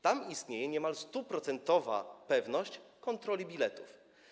Tam istnieje niemal 100-procentowa pewność kontroli biletów.